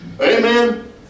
Amen